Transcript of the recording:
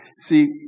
See